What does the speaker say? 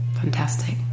Fantastic